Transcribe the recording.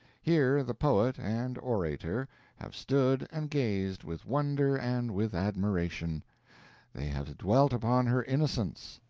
here the poet and orator have stood and gazed with wonder and with admiration they have dwelt upon her innocence,